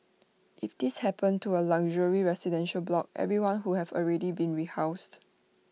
if this happened to A luxury residential block everyone who have already been rehoused